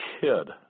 kid